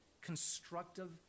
constructive